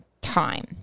time